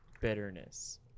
bitterness